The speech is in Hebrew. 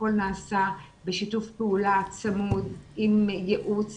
הכול נעשה בשיתוף פעולה צמוד עם ייעוץ